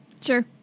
Sure